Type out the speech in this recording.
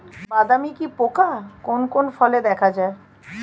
বাদামি কি পোকা কোন কোন ফলে দেখা যায়?